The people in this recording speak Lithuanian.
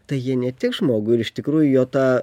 tai jie netiks žmogui ir iš tikrųjų į jo tą